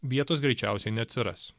vietos greičiausiai neatsiras